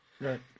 Right